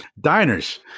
Diners